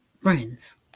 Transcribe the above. Friends